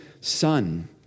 son